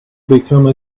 become